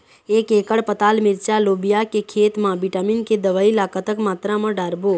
एक एकड़ पताल मिरचा लोबिया के खेत मा विटामिन के दवई ला कतक मात्रा म डारबो?